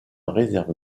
réserve